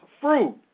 fruit